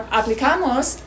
aplicamos